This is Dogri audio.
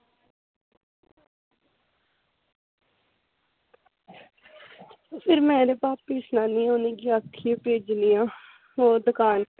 में एह्दे भापै गी सनानी आं ते आक्खियै भेजनी आं ओह् दुकान उप्पर